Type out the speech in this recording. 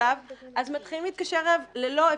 עליו אז מתחילים להתקשר אליו ללא הפסק.